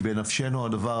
בנפשנו הדבר.